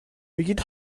بگید